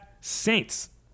Saints